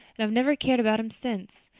and i've never cared about him since.